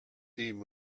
and